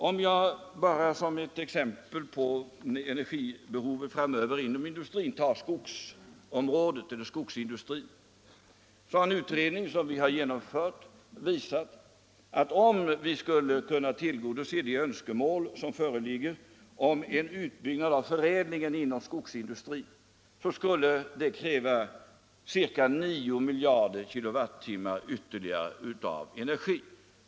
Om jag bara som ett exempel på energibehovet inom industrin framöver tar skogsindustrin, så har en utredning som vi gjort visat att om vi skall kunna tillgodose de önskemål som finns om en utbyggnad av förädlingen inom skogsindustrin, så skulle det kräva ca 9 miljarder k Wh ytterligare av energi.